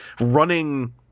running